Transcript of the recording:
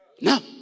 No